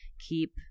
keep